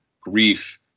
grief